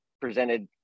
presented